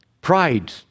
Pride